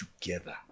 together